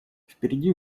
впереди